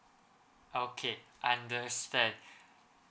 okay understand